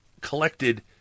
collected